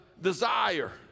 desire